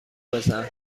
بزن